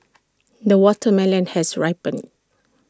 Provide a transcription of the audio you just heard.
the watermelon has ripened